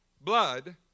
blood